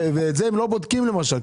ואת זה הם לא בודקים למשל.